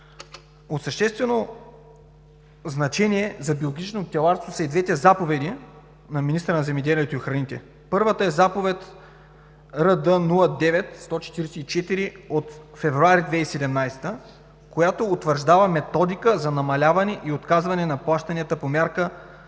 От съществено значение за биологично пчеларство са и двете заповеди на министъра на земеделието и храните. Първата е заповед № РД-09-144 от февруари 2017 г., която утвърждава Методика за намаляване и отказване на плащанията по Мярка